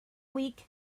week